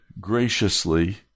graciously